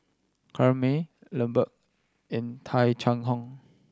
Corrinne May Lambert and Tung Chye Hong